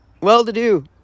well-to-do